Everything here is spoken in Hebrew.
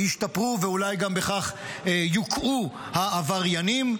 תשתפר, ואולי גם בכך יוקעו העבריינים.